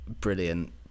brilliant